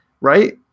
right